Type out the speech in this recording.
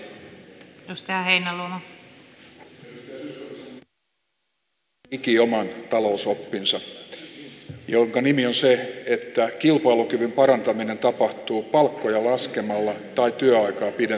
edustaja zyskowicz on kehittänyt ihan ikioman talousoppinsa jonka nimi on se että kilpailukyvyn parantaminen tapahtuu palkkoja laskemalla tai työaikaa pidentämällä